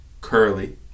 Curly